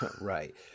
right